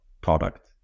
product